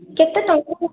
କେତେ ଟଙ୍କା